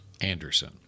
Anderson